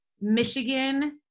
Michigan